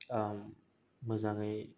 ओं मोजाङै